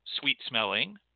sweet-smelling